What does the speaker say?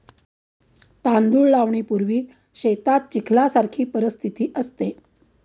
तांदूळ लावणीपूर्वी शेतात चिखलासारखी परिस्थिती असते